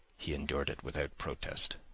he endured it without protest.